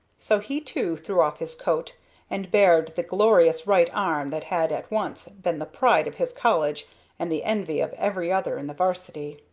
so he, too, threw off his coat and bared the glorious right arm that had at once been the pride of his college and the envy of every other in the varsity.